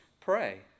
pray